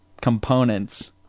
components